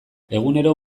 egunero